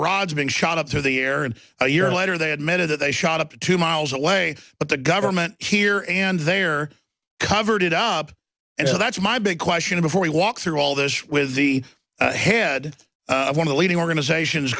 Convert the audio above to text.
rods being shot up through the air in a year later they admitted that they shot up to two miles away but the government here and they are covered it up and so that's my big question before we walk through all this with the head of one of the leading organizations